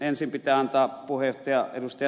ensin pitää antaa puheenjohtaja ed